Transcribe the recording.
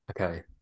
Okay